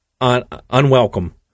Unwelcome